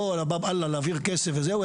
לא עלא באב אללה להעביר כסף וזהו,